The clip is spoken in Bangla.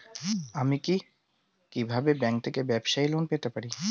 আমি কি কিভাবে ব্যাংক থেকে ব্যবসায়ী লোন পেতে পারি?